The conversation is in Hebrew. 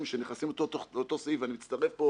שנכנסים לאותו סעיף ואני מצטרף פה